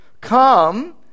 Come